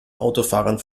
autofahrern